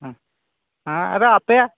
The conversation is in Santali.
ᱦᱮᱸ ᱟᱫᱚ ᱟᱯᱮᱭᱟᱜ